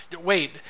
Wait